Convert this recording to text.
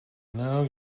now